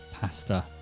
pasta